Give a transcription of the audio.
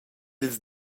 ils